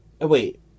Wait